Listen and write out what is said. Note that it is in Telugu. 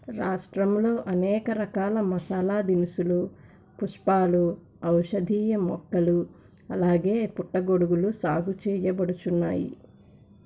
రాష్ట్రంలో అనేక రకాల మసాలా దినుసులు పుష్పాలు ఔషధీయ మొక్కలు అలాగే పుట్టగొడుగులు సాగు చేయబడుచున్నాయి